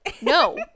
No